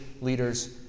leaders